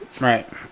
Right